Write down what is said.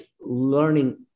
learning